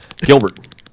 Gilbert